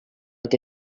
que